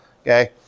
Okay